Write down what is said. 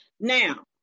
Now